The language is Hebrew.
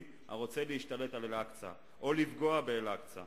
הרוצה להשתלט על אל-אקצא או לפגוע באל-אקצא.